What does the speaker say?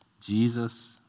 Jesus